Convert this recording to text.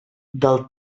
del